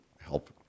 help